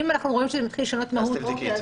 אם אנחנו רואים שזה מתחיל לשנות מהות- -- אוקיי.